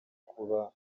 kuba